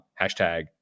hashtag